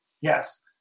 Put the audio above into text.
Yes